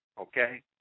okay